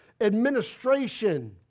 administration